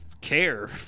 care